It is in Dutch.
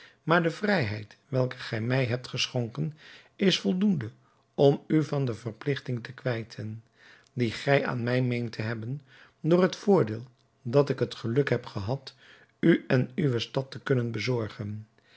maar de vrijheid welke gij mij hebt geschonken is voldoende om u van de verpligting te kwijten die gij aan mij meent te hebben voor het voordeel dat ik het geluk heb gehad u en uwe stad te kunnen bezorgen